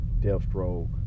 Deathstroke